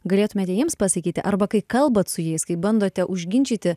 galėtumėte jiems pasakyti arba kai kalbat su jais kai bandote užginčyti